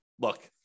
look